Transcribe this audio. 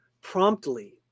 promptly